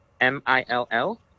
M-I-L-L